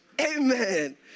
Amen